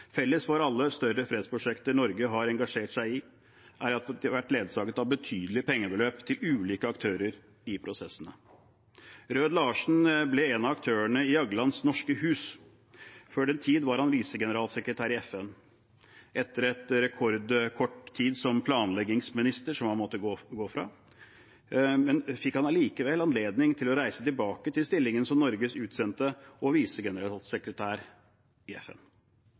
Felles for alle større fredsprosjekter Norge har engasjert seg i, er at de har vært ledsaget av betydelige pengebeløp til ulike aktører i prosessene. Rød-Larsen ble en av aktørene i Jaglands «Det norske hus». Før den tid var han visegeneralsekretær i FN. Etter rekordkort tid som planleggingsminister, en post han måtte gå fra, fikk han anledning til å reise tilbake til stillingen som Norges utsendte og visegeneralsekretær i FN.